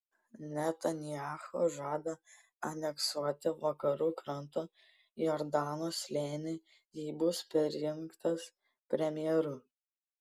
netanyahu žada aneksuoti vakarų kranto jordano slėnį jei bus perrinktas premjeru